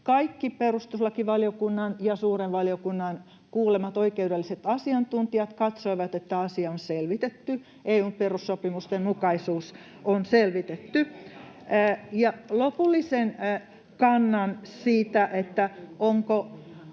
kaikki perustuslakivaliokunnan ja suuren valiokunnan kuulemat oikeudelliset asiantuntijat katsoivat, että asia on selvitetty, EU:n perussopimustenmukaisuus on selvitetty. [Oikealta: Ei pidä